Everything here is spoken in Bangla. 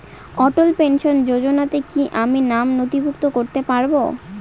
অটল পেনশন যোজনাতে কি আমি নাম নথিভুক্ত করতে পারবো?